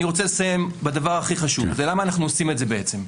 אני רוצה לסיים בדבר הכי חשוב למה אנחנו עושים את זה בעצם: